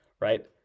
right